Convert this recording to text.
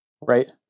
right